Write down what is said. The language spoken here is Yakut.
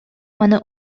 маны